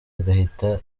agahita